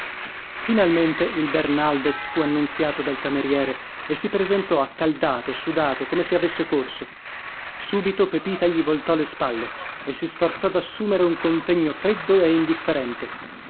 finalmente il bernaldez fu annunziato dal cameriere e si presentò accaldato sudato come se avesse corso subito pepita gli voltò le spalle e si sforzò dassumere un contegno freddo e indifferente